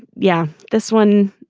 yeah. this one.